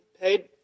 paid